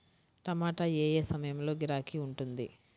టమాటా ఏ ఏ సమయంలో గిరాకీ ఉంటుంది?